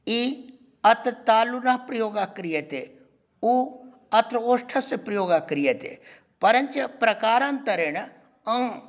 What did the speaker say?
इ अत्र तालुना प्रयोगः क्रियते उ अत्र ओष्ठस्य प्रयोगः क्रियते परञ्च प्रकारान्तरेण अँ